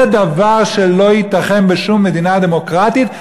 זה דבר שלא ייתכן בשום מדינה דמוקרטית.